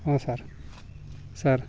ହଁ sir sir